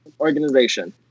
organization